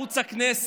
הכנסת.